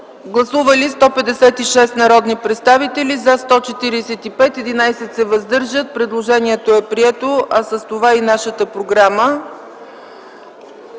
Гласували 156 народни представители: за 145, против няма, въздържали се 11. Предложението е прието, а с това и нашата програма.